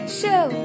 show